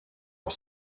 are